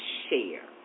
share